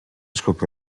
scoppiò